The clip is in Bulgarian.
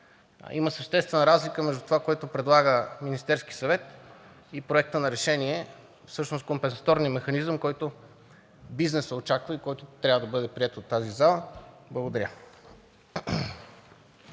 Има съществена разлика между това, което предлага Министерският съвет, и Проекта на решение – всъщност компенсаторния механизъм, който бизнесът очаква и който трябва да бъде приет от тази зала. Благодаря.